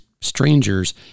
strangers